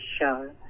show